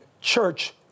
church